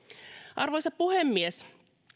arvoisa puhemies